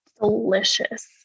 delicious